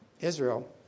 Israel